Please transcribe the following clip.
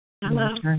Hello